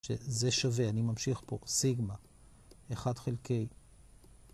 שזה שווה, אני ממשיך פה, סיגמא, 1 חלקי.